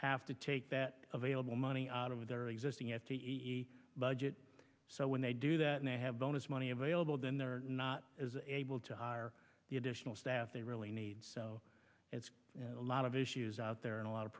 have to take that available money out of their existing f t e budget so when they do that and they have bonus money available then they're not able to hire the additional staff they really need so it's a lot of issues out there and a lot of